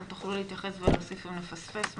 אתם תוכלו להתייחס ולהוסיף אם נפספס משהו.